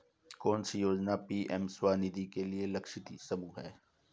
कौन सी योजना पी.एम स्वानिधि के लिए लक्षित समूह है?